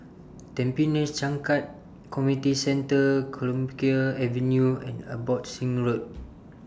Tampines Changkat Community Centre Clemenceau Avenue and Abbotsingh Road